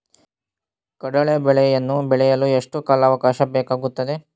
ಕಡ್ಲೆ ಬೇಳೆಯನ್ನು ಬೆಳೆಯಲು ಎಷ್ಟು ಕಾಲಾವಾಕಾಶ ಬೇಕಾಗುತ್ತದೆ?